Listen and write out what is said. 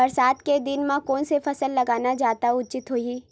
बरसात के दिन म कोन से फसल लगाना जादा उचित होही?